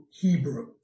Hebrew